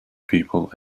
people